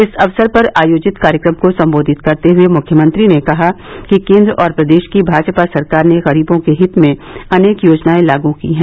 इस अवसर पर आयोजित कार्यक्रम को सम्बोधित करते हुए मुख्यमंत्री ने कहा कि केन्द्र और प्रदेश की भाजपा सरकार ने गरीबों के हित में अनेक योजनाए लागू की हैं